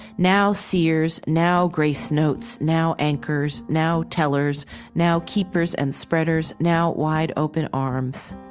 now seers, now grace notes, now anchors, now tellers now keepers and spreaders, now wide open arms